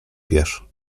piasz